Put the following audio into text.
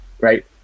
right